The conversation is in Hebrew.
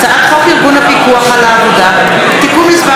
הצעת חוק ארגון הפיקוח על העבודה (תיקון מס'